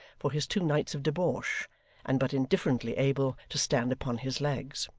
for his two nights of debauch, and but indifferently able to stand upon his legs.